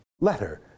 letter